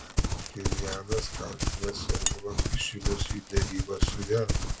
pchenjanas kaltina seulą kišimusi į derybas su jav